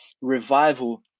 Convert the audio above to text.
revival